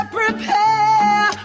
prepare